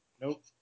Nope